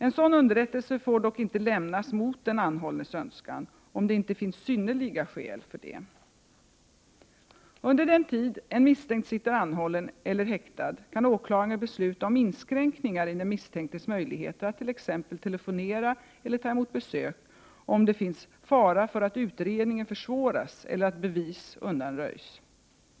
En sådan underrättelse får dock inte lämnas mot den anhållnes önskan, om det inte finns synnerliga skäl för det. Under den tid en misstänkt sitter anhållen eller häktad kan åklagaren besluta om inskränkningar i den misstänktes möjligheter att t.ex. telefonera eller ta emot besök, om det finns fara för att utredningen försvåras eller att bevis undanröjs.